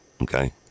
okay